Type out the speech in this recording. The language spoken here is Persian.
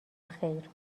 خیر